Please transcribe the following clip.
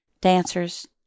dancers